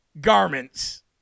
garments